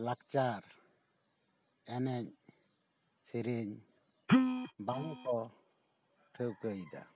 ᱞᱟᱠᱪᱟᱨ ᱮᱱᱮᱡ ᱥᱮᱨᱮᱧ ᱵᱟᱝ ᱠᱚ ᱴᱷᱟᱹᱣᱠᱟᱹ ᱭᱮᱫᱟ